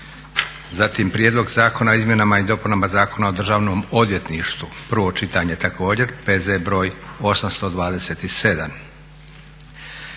Prijedlog zakona o izmjenama i dopunama Zakona o Državnom odvjetništvu, prvo čitanje, P.Z. br. 827.